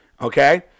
Okay